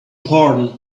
pardon